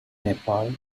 nepal